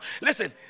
Listen